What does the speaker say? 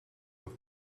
with